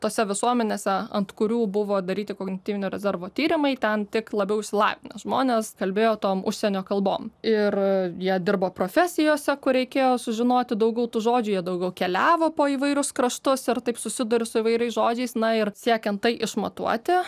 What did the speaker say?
tose visuomenėse ant kurių buvo daryti kognityvinio rezervo tyrimai ten tik labiau išsilavinę žmonės kalbėjo tom užsienio kalbom ir jie dirbo profesijose kur reikėjo sužinoti daugiau tų žodžių jie daugiau keliavo po įvairius kraštus ir taip susiduri su įvairiais žodžiais na ir siekiant tai išmatuoti